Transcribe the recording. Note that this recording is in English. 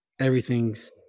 everything's